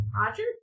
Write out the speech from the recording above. Roger